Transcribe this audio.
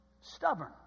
Stubborn